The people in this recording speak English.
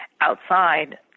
outside